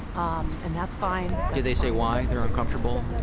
um and that's fine. do they say why? they're uncomfortable?